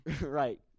right